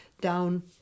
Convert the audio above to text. down